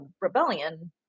Rebellion